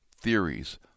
theories